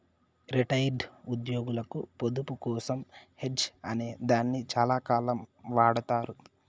retired ఉద్యోగులకు పొదుపు కోసం హెడ్జ్ అనే దాన్ని చాలాకాలం వాడతారు